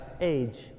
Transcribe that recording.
age